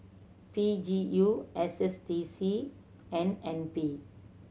P G U S S D C and N P